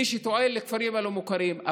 מילא מי שטוען בכפרים הלא-מוכרים,